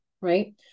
right